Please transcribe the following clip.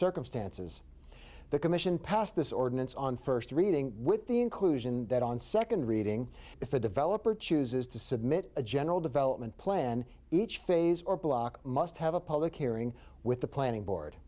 circumstances the commission passed this ordinance on first reading with the inclusion that on second reading if a developer chooses to submit a general development plan each phase or block must have a public hearing with the planning board